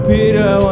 Peter